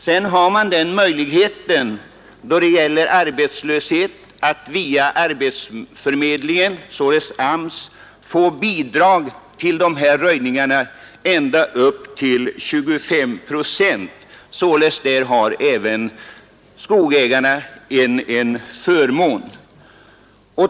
Sedan har man möjlighet i samband med arbetslöshet att av AMS få bidrag till de här röjningarna med ända upp till 25 procent. Där har således även skogsägarna en förmån.